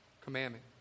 commandment